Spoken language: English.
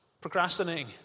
procrastinating